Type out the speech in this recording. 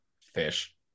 fish